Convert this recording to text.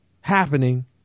happening